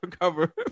cover